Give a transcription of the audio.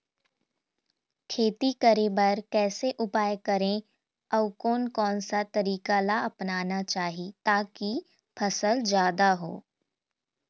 खेती करें बर कैसे उपाय करें अउ कोन कौन सा तरीका ला अपनाना चाही ताकि फसल जादा हो?